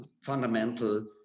fundamental